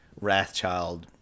Wrathchild